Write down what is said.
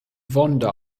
vonda